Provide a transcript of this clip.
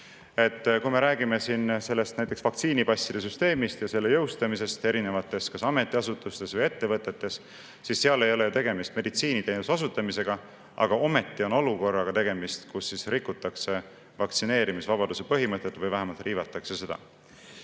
Kui me räägime näiteks vaktsiinipasside süsteemist ja selle jõustamisest erinevates ametiasutustes või ettevõtetes, siis ei ole ju tegemist meditsiiniteenuse osutamisega, aga ometi on tegemist olukorraga, kus rikutakse vaktsineerimisvabaduse põhimõtet või vähemalt riivatakse